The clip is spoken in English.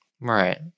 right